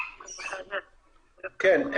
כן,